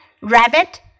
rabbit